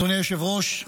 אדוני היושב-ראש,